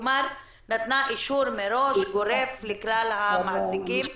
כלומר, נתנה אישור מראש, גורף, לכלל המעסיקים.